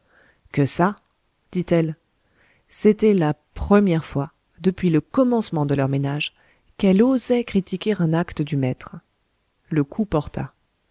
que ça dit-elle c'était la première fois depuis le commencement de leur ménage qu'elle osait critiquer un acte du maître le coup porta